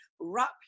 wrap